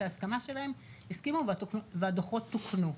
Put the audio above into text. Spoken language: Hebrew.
ההסכמה שלהם הסכימו והדוחות תוקנו.